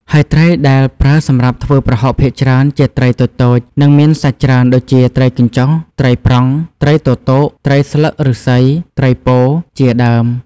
ហើយត្រីដែលប្រើសម្រាប់ធ្វើប្រហុកភាគច្រើនជាត្រីតូចៗ និងមានសាច់ច្រើនដូចជា ត្រីកញ្ចុះ ត្រីប្រង់ ត្រីទទក ត្រីស្លឹកឫស្សី ត្រីពោធិ ជាដើម។